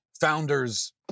founders